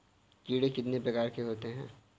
कीड़े कितने प्रकार के होते हैं?